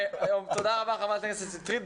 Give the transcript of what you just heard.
תודה רבה חברת הכנסת שטרית.